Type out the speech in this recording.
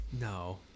No